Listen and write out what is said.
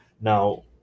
Now